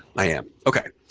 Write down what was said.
i am. ok.